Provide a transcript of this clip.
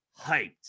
hyped